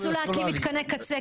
ואנשים ירצו להקים מתקני קצה,